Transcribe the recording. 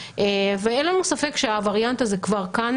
ואין לנו ספק שהווריאנט הזה כבר כאן,